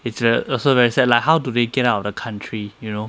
it's err also very sad like how do they get out of the country you know